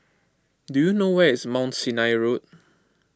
do you know where is Mount Sinai Road